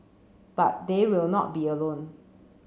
but they will not be alone